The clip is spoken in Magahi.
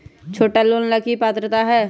छोटा लोन ला की पात्रता है?